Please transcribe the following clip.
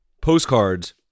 postcards